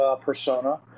persona